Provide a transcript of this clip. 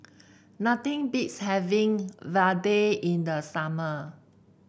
nothing beats having Vadai in the summer